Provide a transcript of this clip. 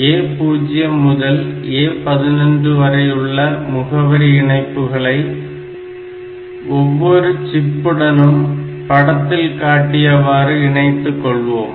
A0 முதல் A11 வரையுள்ள முகவரி இணைப்புகளை ஒவ்வொரு சிப்புடனும் படத்தில் காட்டியவாறு இணைத்துக் கொள்வோம்